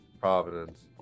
Providence